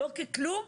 לא ככלום,